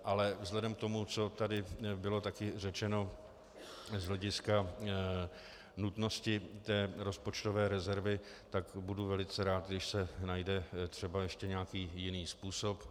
Ale vzhledem k tomu, co tady bylo taky řečeno z hlediska nutnosti té rozpočtové rezervy, tak budu velice rád, když se najde třeba ještě nějaký jiný způsob.